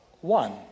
one